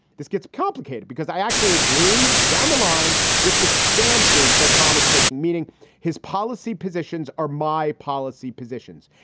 this gets complicated because i actually agree down the line with the stances that tom is taking, meaning his policy positions are my policy positions.